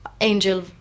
angel